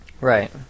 Right